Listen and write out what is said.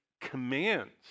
commands